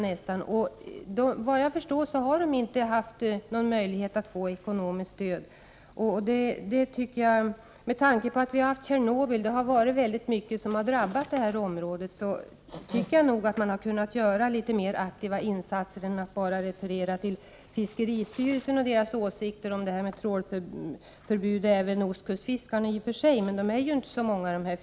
Såvitt jag förstår har de inte haft någon möjlighet att få ekonomiskt stöd. Med tanke på Tjernobyl och alla de saker som drabbat det här området tycker jag att man skulle kunnat göra litet mera aktiva insatser än att bara referera till fiskeristyrelsen och dess åsikt om trålförbud även för ostkustfiskarna. Yrkesfiskarna är ju inte så många här uppe.